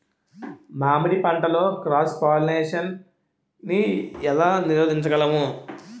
మామిడి పంటలో cross pollination నీ ఏల నీరోధించగలము?